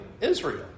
Israel